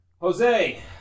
Jose